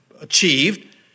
achieved